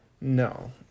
No